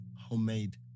homemade